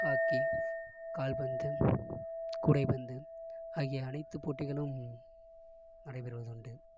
hockey கால்பந்து கூடைப்பந்து ஆகிய அனைத்து போட்டிகளும் நடைபெறுவது உண்டு